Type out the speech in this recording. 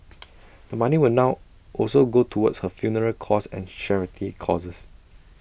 the money will now also go towards her funeral costs and charity causes